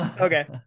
okay